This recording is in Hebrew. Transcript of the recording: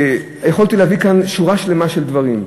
יכולתי להביא כאן שורה שלמה של דברים,